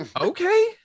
Okay